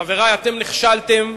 חברי, אתם נכשלתם,